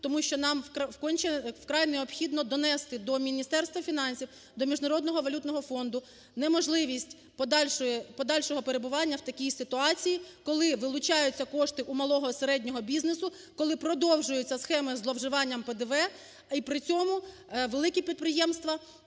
тому що нам конче… вкрай необхідно донести до Міністерства фінансів, до Міжнародного валютного фонду неможливість подальшого перебування в такій ситуації, коли вилучаються кошти у малого і середнього бізнесу, коли продовжуються схеми зловживанням ПДВ, і при цьому великі підприємства